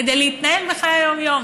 כדי להתנהל בחיי היום-יום.